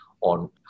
on